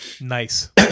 Nice